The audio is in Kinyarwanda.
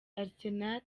arsenal